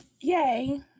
Yay